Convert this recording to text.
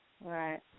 Right